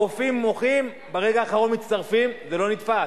הרופאים מוחים, ברגע האחרון מצטרפים, זה לא נתפס.